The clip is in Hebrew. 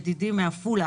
ידידי מעפולה.